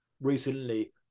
recently